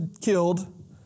killed